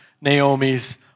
Naomi's